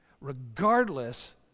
regardless